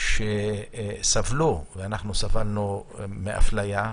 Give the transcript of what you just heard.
סבלנו מאפליה,